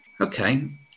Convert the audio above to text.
Okay